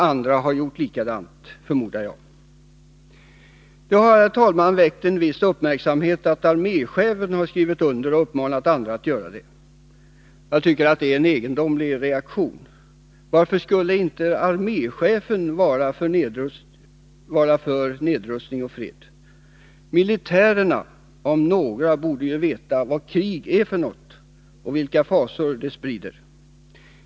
Andra har gjort likadant, förmodar jag. Det har, herr talman, väckt en viss uppmärksamhet att arméchefen har skrivit under och uppmanat andra att göra det. Det är en egendomlig reaktion. Varför skulle inte arméchefen vara för nedrustning och fred? Militärerna, om några, borde ju veta vad krig är och vilka fasor det sprider.